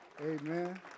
Amen